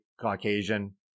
Caucasian